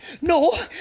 No